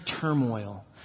turmoil